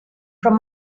from